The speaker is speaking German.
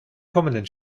kommenden